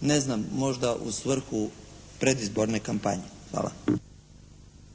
ne znam možda u svrhu predizborne kampanje. Hvala. **Pusić, Vesna